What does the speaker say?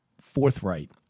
forthright